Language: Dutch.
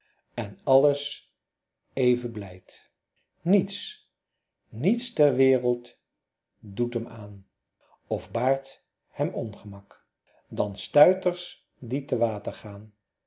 en alles even blijd niets niets ter wereld doet hem aan of baart hem ongemak dan stuiters die te water gaan